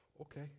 Okay